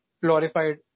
glorified